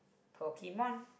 Pokemon